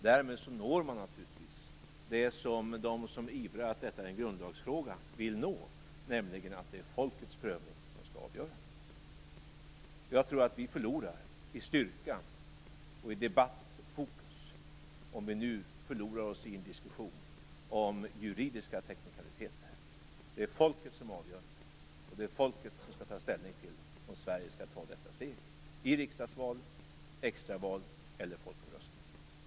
Därmed når man naturligtvis det som de vill nå som ivrar för att detta är en grundlagsfråga, nämligen att det är folkets prövning som skall avgöra. Jag tror att vi förlorar i styrka och i debattfokus om vi nu förlorar oss i en diskussion om juridiska teknikaliteter. Det är folket som avgör och det är folket som skall ta ställning till om Sverige skall ta detta steg i riksdagsval, extraval eller folkomröstning.